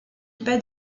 pas